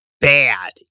bad